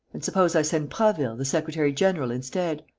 and suppose i send prasville, the secretary-general, instead?